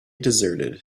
deserted